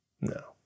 no